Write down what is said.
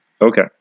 Okay